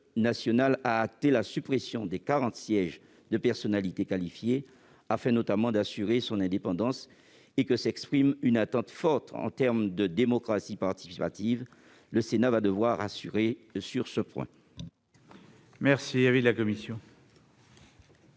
national a acté la suppression des quarante sièges de personnalités qualifiées, afin notamment d'assurer son indépendance et que s'exprime une attente forte en termes de démocratie participative ? Le Sénat va devoir rassurer sur ce point.